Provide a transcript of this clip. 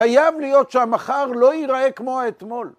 חייב להיות שהמחר לא ייראה כמו האתמול.